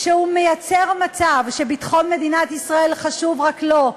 כשהוא מייצר מצב שביטחון מדינת ישראל חשוב רק לו,